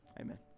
Amen